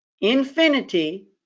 infinity